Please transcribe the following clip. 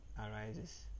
arises